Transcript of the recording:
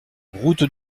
route